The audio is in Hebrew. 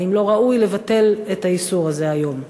האם לא ראוי לבטל את האיסור הזה היום?